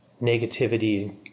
negativity